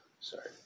Sorry